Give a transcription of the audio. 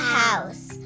house